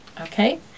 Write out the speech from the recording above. Okay